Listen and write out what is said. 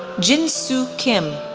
jin soo kim,